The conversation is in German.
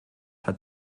hat